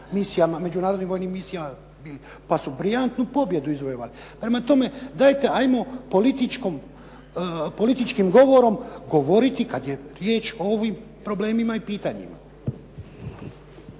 misijama, međunarodnim vojnim misijama bili pa su briljantnu pobjedu izvojevali. Prema tome, dajte ajmo političkim govorom govoriti kad je riječ o ovim problemima i pitanjima.